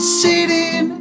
sitting